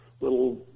little